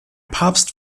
papst